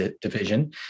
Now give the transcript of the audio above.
division